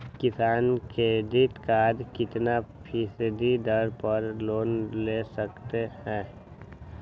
किसान credit card कितना फीसदी दर पर लोन ले सकते हैं?